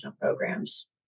programs